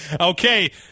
Okay